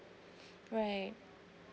right